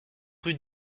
rue